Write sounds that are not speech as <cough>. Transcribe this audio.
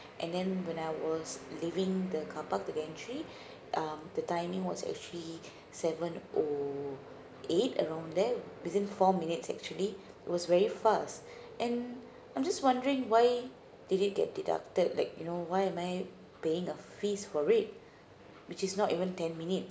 and then when I was leaving the car park to the entry <breath> um the timing was actually seven O eight around that within four minutes actually it was very fast and I'm just wondering why they did get deducted like you know why am I paying a fees for it which is not even ten minutes